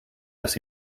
dass